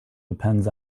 depends